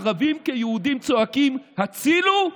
ערבים כיהודים, צועקים הצילו,